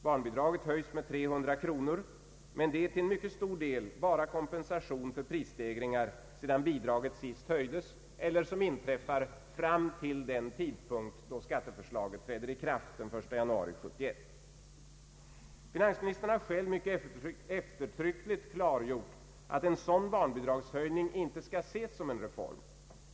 Barnbidraget höjs med 300 kronor — men detta är till mycket stor del bara kompensation för prisstegringar sedan bidraget sist höjdes eller som inträffar fram till den tidpunkt då skatteförslaget träder i kraft den 1 januari 1971. Finansministern har själv mycket eftertryckligt klargjort att en sådan barnbidragshöjning inte skall ses som en reform.